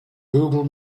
google